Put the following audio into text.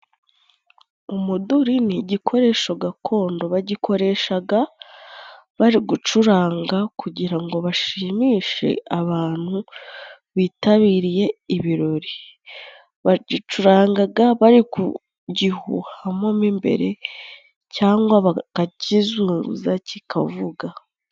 Umuduri ni igikoresho gakondo bagikoreshaga bari gucuranga kugira ngo bashimishe abantu bitabiriye ibirori, bagicurangaga bari kugihuhamo mo imbere cyangwa bakakizunguza kikavuga.